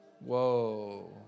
Whoa